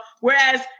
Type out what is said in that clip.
whereas